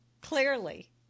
clearly